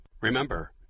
Remember